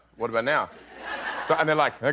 what about now? so and like they're